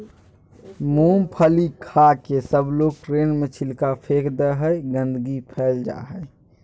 मूँगफली खाके सबलोग ट्रेन में छिलका फेक दे हई, गंदगी फैल जा हई